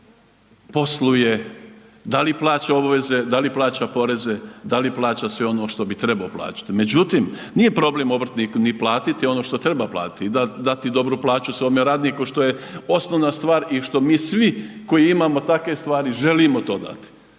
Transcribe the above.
obrtnik posluje da li plaća obveze, da li plaća poreze, da li plaća sve ono što bi trebao plaćati. Međutim, nije problem obrtniku ni platiti ono što treba platiti i dati dobru plaću svome radniku što je osnovna stvar i što mi svi koji imamo takve stvari želimo to dati,